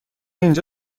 اینجا